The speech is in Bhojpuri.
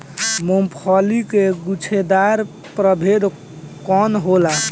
मूँगफली के गुछेदार प्रभेद कौन होला?